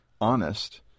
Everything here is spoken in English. honest